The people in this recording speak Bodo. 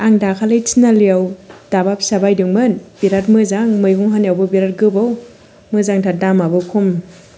आं दाखालि थिनालियाव दाबा फिसा बायदोंमोन बिराद मोजां मैगं हानायावबो बिराद गोबौ मोजांथार दामाबो खम